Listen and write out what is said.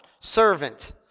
servant